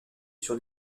sur